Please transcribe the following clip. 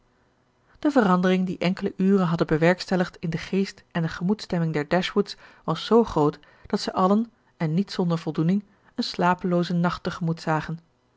de verandering die enkele uren hadden bewerkstelligd in den geest en de gemoedsstemming der dashwoods was zoo groot dat zij allen en niet zonder voldoening een slapeloozen nacht tegemoet zagen